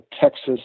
texas